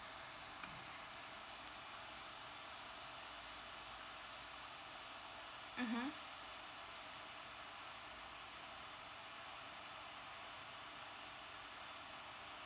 mmhmm